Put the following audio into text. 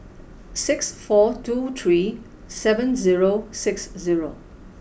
six four two three seven zero six zero